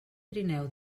trineu